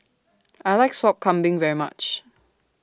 I like Sop Kambing very much